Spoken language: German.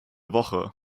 woche